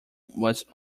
was